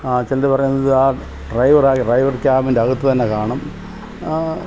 ചിലര് പറയുന്നത് ആ ഡ്രൈവറാ ഡ്രൈവർ ക്യാബിന്റകത്തുതന്നെ കാണും